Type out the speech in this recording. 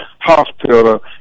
hospital